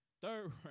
Third